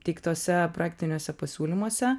teiktuose projektiniuose pasiūlymuose